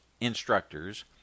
instructors